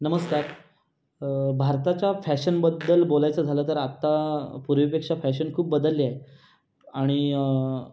नमस्कार भारताच्या फॅशनबद्दल बोलायचं झालं तर आता पूर्वीपेक्षा फॅशन खूप बदलली आहे आणि